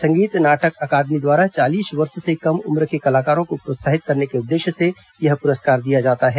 संगीत नाटक अकादमी द्वारा चालीस वर्ष से कम उम्र के कलाकारों को प्रोत्साहित करने के उद्देश्य से यह पुरस्कार दिया जाता है